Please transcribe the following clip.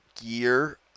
gear